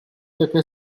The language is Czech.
také